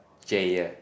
Jaiya